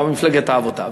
גם מפלגת העבודה,